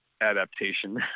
adaptation